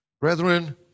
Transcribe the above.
Brethren